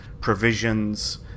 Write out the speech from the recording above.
provisions